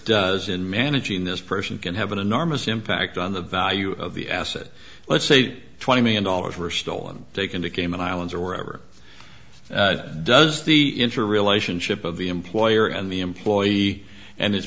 managing this person can have an enormous impact on the value of the assets let's say twenty million dollars were stolen taken to cayman islands or wherever does the interrelationship of the employer and the employee and